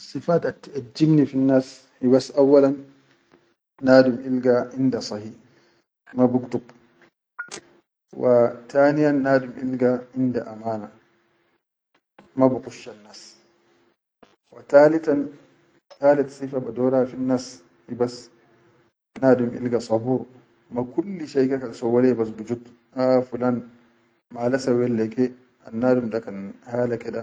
Assifat attiʼejidni fi nas hubas auwalan nadum ilga inda sahi ma nuktb wa taniyan nadum ilga inda amana ma bi kissan nas, fa talitan, halit sifa bador fin nas hibas nadum ilga sabur ma kulli shai kan sawwo le ya bi jud ha fulan mala sawwet le ke annadum da kan ahala ke.